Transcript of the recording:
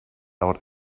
out